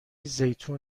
زیتون